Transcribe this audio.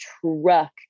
truck